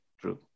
True